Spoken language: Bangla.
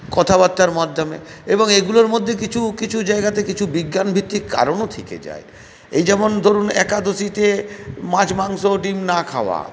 কথাবার্তার মাধ্যমে এবং এগুলোর মধ্যে কিছু কিছু জায়গাতে কিছু বিজ্ঞানভিত্তিক কারণও থেকে যায় এই যেমন ধরুন একাদশীতে মাছ মাংস ডিম না খাওয়া